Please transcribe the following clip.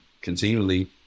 continually